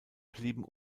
blieben